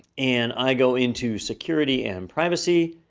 and i go into security and privacy,